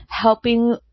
helping